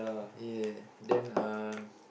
ya then um